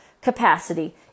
capacity